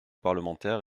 parlementaire